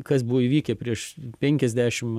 kas buvo įvykę prieš penkiasdešim